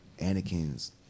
Anakin's